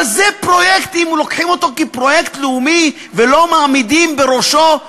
אבל זה פרויקט שלוקחים אותו כפרויקט לאומי ולא מעמידים בראשו,